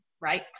right